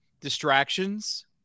distractions